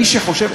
מי שחושב,